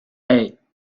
hey